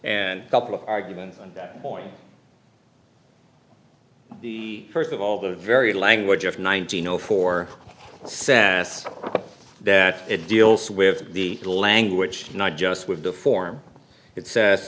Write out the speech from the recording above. and couple of arguments on that point first of all the very language of nineteen zero four says that it deals with the language not just with the form it says